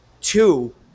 Two